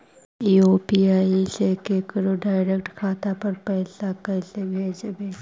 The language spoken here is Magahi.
यु.पी.आई से केकरो डैरेकट खाता पर पैसा कैसे भेजबै?